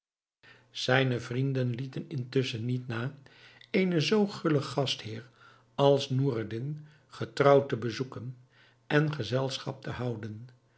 zijne vrienden lieten intusschen niet na eenen zoo gullen gastheer als noureddin getrouw te bezoeken en gezelschap te houden